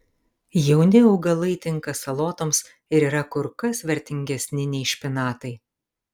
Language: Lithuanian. jauni augalai tinka salotoms ir yra kur kas vertingesni nei špinatai